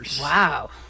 Wow